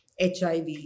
HIV